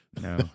No